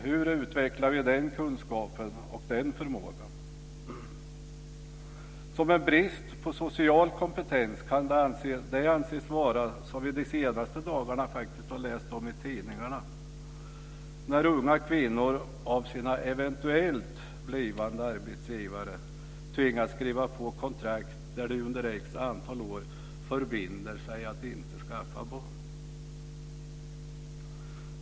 Hur utvecklar vi den kunskapen och den förmågan? Som en brist på social kompetens kan det anses vara som vi de senaste dagarna har läst om i tidningarna, nämligen att unga kvinnor av sina eventuellt blivande arbetsgivare tvingas skriva på kontrakt där de under ett visst antal år förbinder sig att inte skaffa barn.